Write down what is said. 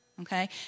Okay